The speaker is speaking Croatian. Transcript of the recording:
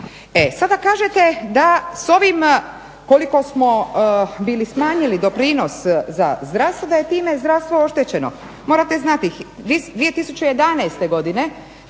E sada kažete da s ovim koliko smo bili smanjili doprinos za zdravstvo, da je time zdravstvo oštećeno. Morate znati 2011. godine